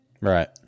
Right